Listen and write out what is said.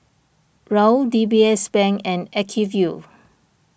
Raoul D B S Bank and Acuvue